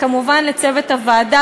כמובן לצוות הוועדה,